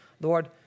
Lord